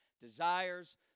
desires